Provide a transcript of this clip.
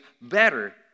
better